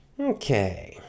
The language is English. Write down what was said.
Okay